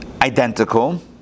identical